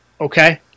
okay